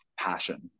passion